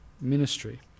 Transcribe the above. ministry